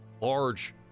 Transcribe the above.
large